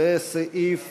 סעיף